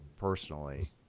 personally